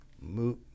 move